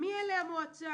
מי המועצה?